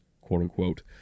quote-unquote